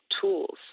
tools